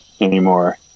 anymore